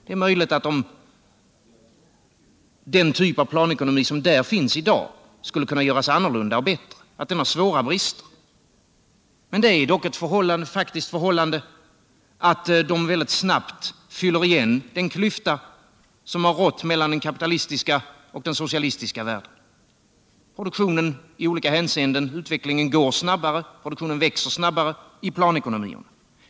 Det är möjligt att den typ av planekonomi som finns i dag skulle kunna göras annorlunda och bättre, att den har svåra brister. Det är dock ett faktiskt förhållande att planekonomierna snabbt fyller igen den kiyfta som rått mellan den kapitalistiska och den socialistiska världen. Utvecklingen går snabbare i olika hänseenden, produktionen växer snabbare i planeckonomierna.